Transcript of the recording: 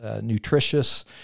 nutritious